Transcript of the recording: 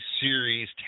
series